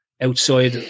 Outside